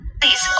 Please